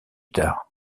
tard